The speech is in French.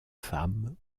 femme